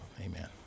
Amen